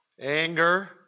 anger